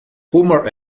homer